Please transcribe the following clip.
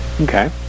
Okay